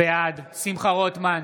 שמחה רוטמן,